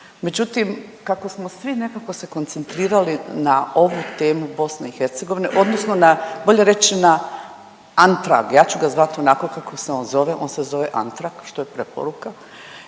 Međutim, kako smo svi nekako se koncentrirali na ovu temu BiH odnosno na, bolje reć na Antrag, ja ću ga zvat onako kako se on zove, on se zove Antrag, što je preporuka